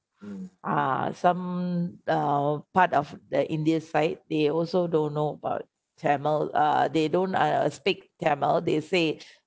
ah some uh part of the indian side they also don't know about tamil uh they don't uh speak tamil they said